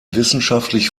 wissenschaftlich